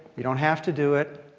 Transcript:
you don't have to do it.